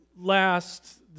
last